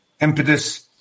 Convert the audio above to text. Impetus